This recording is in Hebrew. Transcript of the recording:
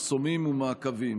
מחסומים ומעקבים.